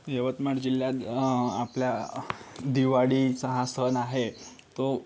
यवतमाळ जिल्ह्यात आपल्या दिवाळीचा हा सण आहे तो